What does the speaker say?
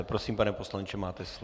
Prosím, pane poslanče, máte slovo.